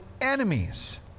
enemies